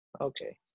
okay